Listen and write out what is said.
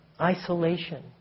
isolation